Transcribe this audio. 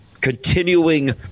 continuing